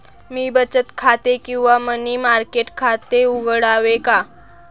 मी बचत खाते किंवा मनी मार्केट खाते उघडावे का?